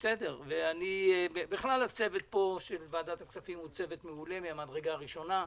בכלל הצוות של ועדת הכספים הוא מעולה ממדרגה ראשונה.